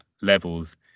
levels